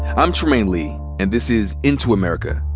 i'm trymaine lee, and this is into america.